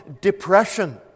depression